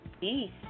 Peace